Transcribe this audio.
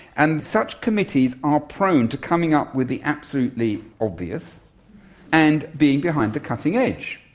and such committees are prone to coming up with the absolutely obvious and being behind the cutting edge.